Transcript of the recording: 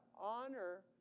honor